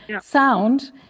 sound